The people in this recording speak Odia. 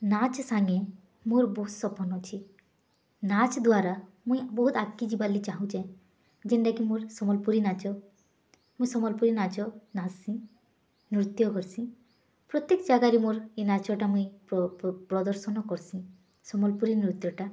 ନାଚ୍ ସାଙ୍ଗେ ମୋର ବହୁତ୍ ସପନ ଅଛି ନାଚ୍ ଦ୍ୱାରା ମୁଇଁ ବହୁତ୍ ଆଗ୍କେ ଯିବାର୍ ଲାଗି ଚାହୁଁଛେ ଯେନ୍ଟା କି ମୋର ସମଲ୍ପୁରୀ ନାଚ ମୁଇଁ ସମଲ୍ପୁରୀ ନାଚ ନାଚ୍ସିଁ ନୃତ୍ୟ କର୍ସିଁ ପ୍ରତ୍ୟେକ ଜାଗାରେ ମୋର୍ ଏଇ ନାଚଟି ମୁଇଁ ପ୍ରଦର୍ଶନ କର୍ସିଁ ସମଲ୍ପରୀ ନୃତ୍ୟଟା